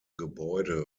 gebäude